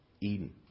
Eden